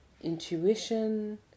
Intuition